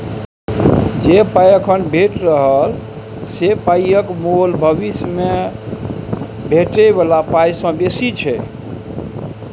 जे पाइ एखन भेटि रहल से पाइक मोल भबिस मे भेटै बला पाइ सँ बेसी छै